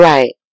Right